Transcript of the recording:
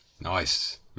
Nice